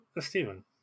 Stephen